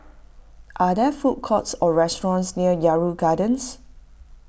are there food courts or restaurants near Yarrow Gardens